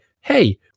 hey